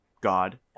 God